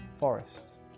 forest